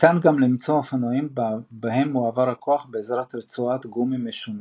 ניתן גם למצוא אופנועים בהם מועבר הכוח בעזרת רצועת גומי משוננת.